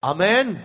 Amen